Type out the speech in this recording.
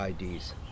IDs